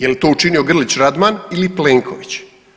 Je li to učinio Grlić Radman ili Plenković?